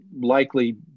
likely